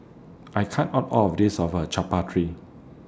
I can't Art All of This of Chaat Papri